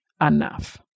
enough